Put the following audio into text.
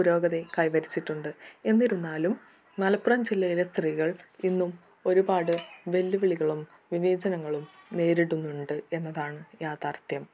പുരോഗതി കൈവരിച്ചിട്ടുണ്ട് എന്നിരുന്നാലും മലപ്പുറം ജില്ലയിലെ സ്ത്രീകൾ ഇന്നും ഒരുപാട് വെല്ലുവിളികളും വിവേചനങ്ങളും നേരിടുന്നുണ്ട് എന്നതാണ് യാഥാർഥ്യം